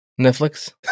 Netflix